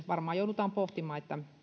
varmaan joudutaan sitten pohtimaan